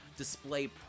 display